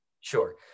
Sure